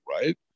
right